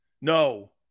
No